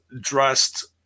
dressed